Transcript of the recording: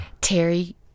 Terry